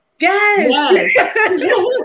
Yes